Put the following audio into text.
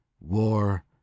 War